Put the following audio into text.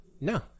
No